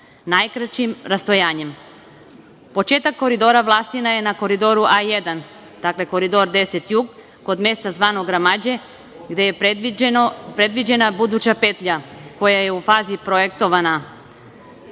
najkraćim rastojanjem. Početak Koridora Vlasina je na Koridoru A1, dakle, Koridor 10Jug kod mesta zvanog Ramađe, gde je predviđena buduća petlja koja je u fazi projektovanja.